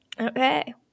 Okay